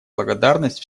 благодарность